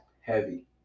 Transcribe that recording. heavy